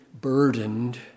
burdened